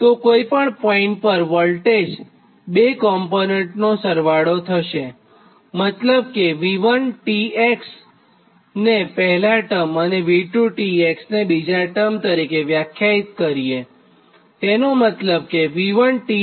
તો કોઇપણ પોઇન્ટ પર વોલ્ટેજ બે કોમ્પોનન્ટ નો સરવાળો થશેએનો મતલબ આપણે V1tx ને પહેલા ટર્મ અને V2t x ને બીજા ટર્મ તરીકે વ્યાખ્યાયિત કરીએ છીએ